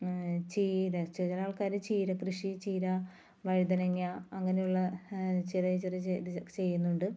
ചീര ചില ആൾക്കാർ ചീരക്കൃഷി ചീര വഴുതനങ്ങ അങ്ങനെയുള്ള ചെറിയ ചെറിയ ചെയ്യുന്നുണ്ട്